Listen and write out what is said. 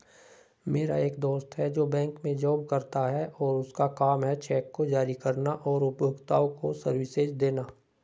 मेरा एक दोस्त है जो बैंक में जॉब करता है और उसका काम है चेक को जारी करना और उपभोक्ताओं को सर्विसेज देना